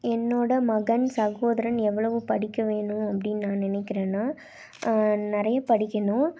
என்னோடய மகன் சகோதரன் எவ்ளவு படிக்க வேண்டும் அப்படின் நான் நினைக்கிறேன்னா நிறைய படிக்கணும்